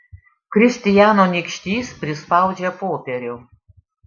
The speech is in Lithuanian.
kristijano nykštys prispaudžia popierių